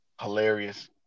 Hilarious